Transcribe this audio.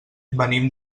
venim